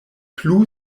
plu